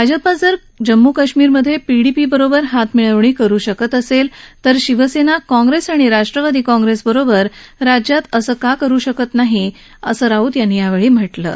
भाजप जर जम्मू काश्मीरमध्ये पीडीपीबरोबर हातमिळवणी करू शकत असेल तर शिवसेना काँप्रेस आणि राष्ट्रवादी काँप्रेसबरोबर राज्यात असं का करू शकत नाही असं राऊत यांनी यावेळी म्हालिं